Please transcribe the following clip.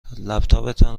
لپتاپتان